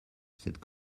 cette